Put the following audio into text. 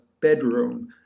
bedroom